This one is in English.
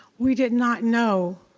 we did not know,